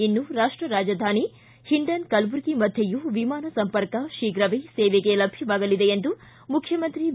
ಇನ್ನು ರಾಷ್ಷ ರಾಜಧಾನಿ ಹಿಂಡನ್ ಕಲಬುರಗಿ ಮಧ್ಯೆಯೂ ವಿಮಾನ ಸಂಪರ್ಕ ಶೀಘವೇ ಸೇವೆಗೆ ಲಭ್ಯವಾಗಲಿದೆ ಎಂದು ಮುಖ್ಚಿಮಂತ್ರಿ ಬಿ